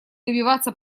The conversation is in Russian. добиваться